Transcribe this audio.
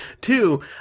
Two